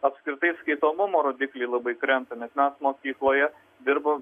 apskritai skaitomumo rodikliai labai krenta nes mes mokykloje dirbam